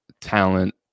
talent